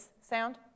sound